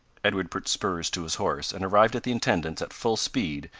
edward put spurs to his horse, and arrived at the intendant's at full speed,